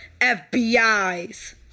FBI's